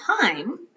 time